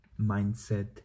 mindset